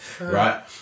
Right